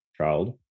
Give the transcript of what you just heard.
child